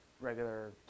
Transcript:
regular